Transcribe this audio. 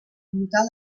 brutal